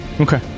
Okay